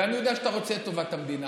ואני יודע שאתה רוצה את טובת המדינה,